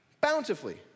bountifully